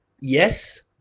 yes